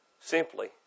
simply